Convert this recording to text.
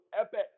epic